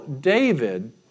David